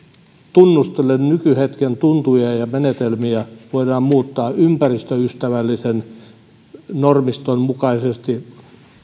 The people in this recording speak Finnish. tunnustellen nykyhetken tuntuja ja ja menetelmiä muuttaa ympäristöystävällisen normiston mukaisesti